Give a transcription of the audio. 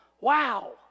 Wow